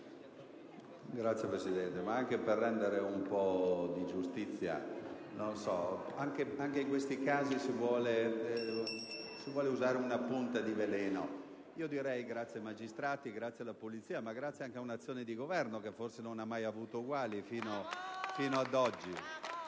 G4.100 ed anche per rendere un po' di giustizia: anche in questi casi si vuole usare una punta di veleno. Io direi grazie ai magistrati, grazie alla polizia, ma grazie anche ad un'azione di governo che forse non ha mai avuto uguali fino ad oggi